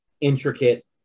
intricate